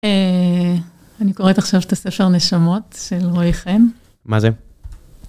אני קוראת עכשיו את הספר נשמות של רויחן. מה זה?